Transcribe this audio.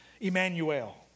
Emmanuel